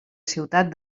ciutat